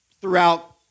throughout